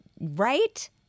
right